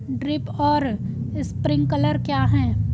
Drip और sprinkler क्या हैं?